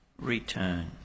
return